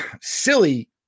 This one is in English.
silly